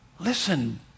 Listen